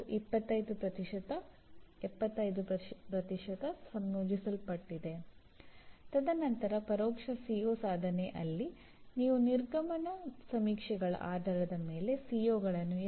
ಒಂದು ನಿರ್ದಿಷ್ಟ ಪ್ರೋಗ್ರಾಂ ಅದನ್ನು ಪರಿಹರಿಸಲು ಬಯಸಬಹುದು ಅಥವಾ ಬಯಸದಿರಬಹುದು